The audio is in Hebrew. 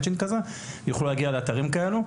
ויוכלו להגיע לאתרים כאלה.